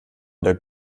der